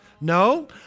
No